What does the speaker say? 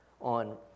on